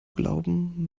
glauben